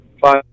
five